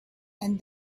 and